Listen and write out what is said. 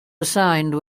assigned